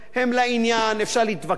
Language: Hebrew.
אפשר להתווכח: יותר,